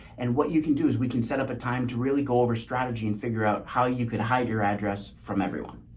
and what you can do is we can set up a time to really go over strategy and figure out how you could hide your address from everyone.